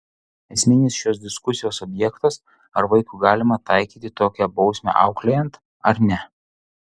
esminis šios diskusijos objektas ar vaikui galima taikyti tokią bausmę auklėjant ar ne